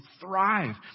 thrive